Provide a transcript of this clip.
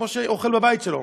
כמו שהוא אוכל בבית שלו,